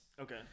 Okay